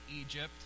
Egypt